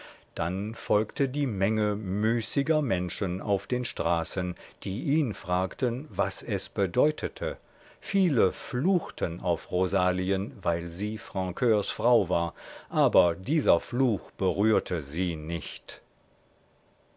dann folgte die menge müßiger menschen auf den straßen die ihn fragten was es bedeutete viele fluchten auf rosalien weil sie francurs frau war aber dieser fluch berührte sie nicht